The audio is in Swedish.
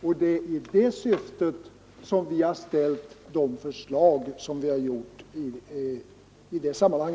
Det är i det syftet som vi har framställt våra förslag i detta sammanhang.